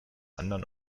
anderen